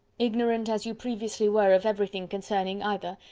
ignorant as you previously were of everything concerning either,